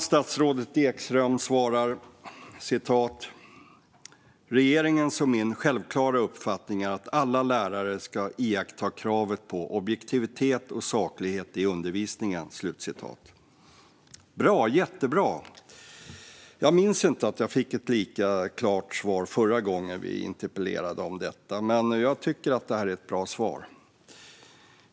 I statsrådet Ekströms skriftliga svar står det följande: "Regeringens och min självklara uppfattning är att alla lärare ska iaktta kravet på objektivitet och saklighet i undervisningen." Det är jättebra. Jag minns inte att jag fick ett lika klart svar förra gången jag ställde en interpellation om detta. Jag tycker att detta är ett bra svar.